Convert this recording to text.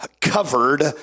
covered